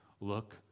look